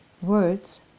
words